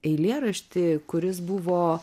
eilėraštį kuris buvo